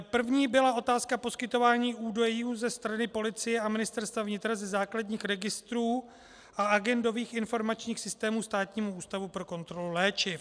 První byla otázka poskytování údajů ze strany policie a Ministerstva vnitra ze základních registrů a agendových informačních systémů Státnímu ústavu pro kontrolu léčiv.